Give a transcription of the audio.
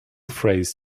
phrase